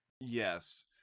yes